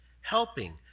Helping